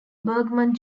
bergman